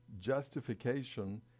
justification